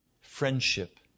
friendship